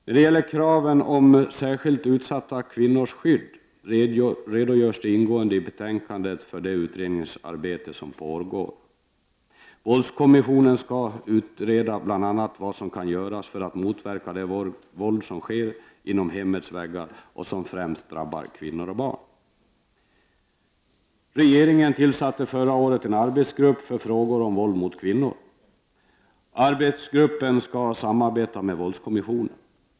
Med anledning av kraven på skydd för särskilt utsatta kvinnor redogörs det ingående i betänkandet för det utredningsarbete som pågår. Våldskommissionen skall utreda bl.a. vad som kan göras för att motverka det våld som sker inom hemmets väggar och som främst drabbar kvinnor och barn. nor. Arbetsgruppen skall samarbeta med våldskommissionen.